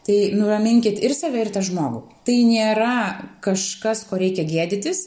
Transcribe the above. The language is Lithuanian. tai nuraminkit ir save ir tą žmogų tai nėra kažkas ko reikia gėdytis